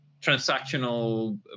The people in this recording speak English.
transactional